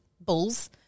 bulls